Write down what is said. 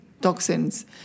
toxins